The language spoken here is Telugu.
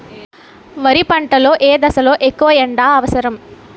వరి పంట లో ఏ దశ లొ ఎక్కువ ఎండా అవసరం?